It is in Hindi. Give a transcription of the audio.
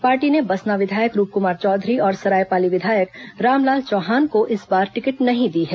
पार्टी ने बसना विधायक रूपक्मारी चौधरी और सरायपाली विधायक रामलाल चौहान को इस बार टिकट नहीं दी है